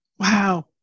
Wow